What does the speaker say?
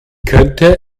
könnte